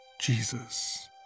Jesus